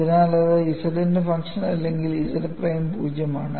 അതിനാൽ ഇത് Z ന്റെ ഫംഗ്ഷനല്ലെങ്കിൽ Z പ്രൈം 0 ആണ്